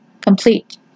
complete